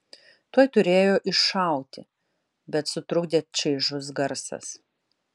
tuoj turėjo iššauti bet sutrukdė čaižus garsas